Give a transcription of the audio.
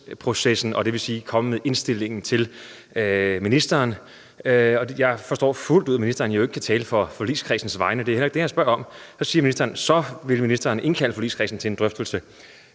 dvs. er kommet med indstillingen til ministeren – jeg forstår fuldt ud, at ministeren ikke kan tale på forligskredsens vegne, og det er heller ikke det, jeg spørger om – så vil ministeren indkalde forligskredsen til en drøftelse.